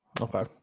Okay